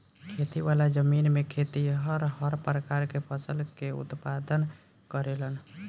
खेती वाला जमीन में खेतिहर हर प्रकार के फसल के उत्पादन करेलन